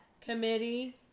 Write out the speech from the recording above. Committee